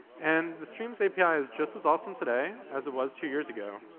and the streams api is just as awesome today as it was two years ago,